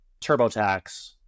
TurboTax